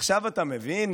עכשיו אתה מבין?